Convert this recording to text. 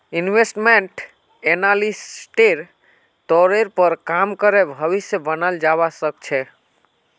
investment एनालिस्टेर तौरेर पर काम करे भविष्य बनाल जावा सके छे